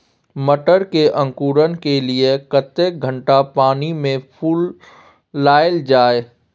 मटर के अंकुरण के लिए कतेक घंटा पानी मे फुलाईल जाय?